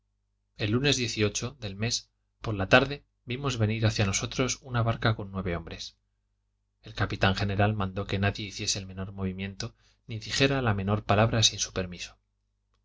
el lunes del mes por la tarde vimos venir hacia nosotros una barca con nueve hombres el capitán general mandó que nadie hiciese el menor movimiento ni dijera la menor palabra sin su permiso